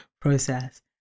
process